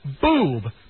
boob